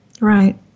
Right